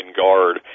guard